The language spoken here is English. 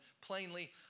plainly